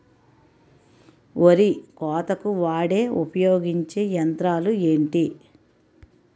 వరి కోతకు వాడే ఉపయోగించే యంత్రాలు ఏంటి?